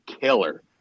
killer